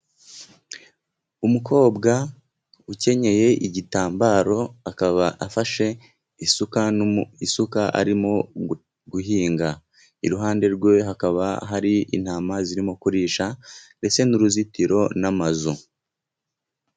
Umukobwa ukenyeye igitambaro, akaba afashe isuka arimo guhinga iruhande rwe hakaba hari intama, zirimo kurisha ndetse n' uruzitiro n' amazu.